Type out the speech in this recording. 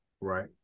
right